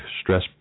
Stress